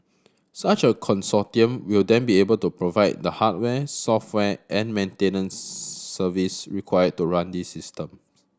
such a consortium will then be able to provide the hardware software and maintenance service required to run this system